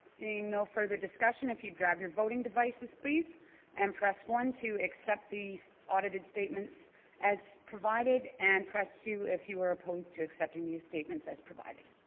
seeing no further discussion if you'd grab your voting devices please and press one to accept these audited statements as provided and press two if you were opposed to accepting these statements as provided